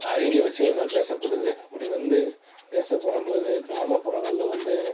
அதிக விஷயங்கள் பேசப்படுது அப்படி வந்து பேசப்படும் போது கிராமப்புறங்களில் வந்து